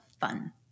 fun